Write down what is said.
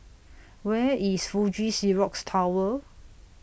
Where IS Fuji Xerox Tower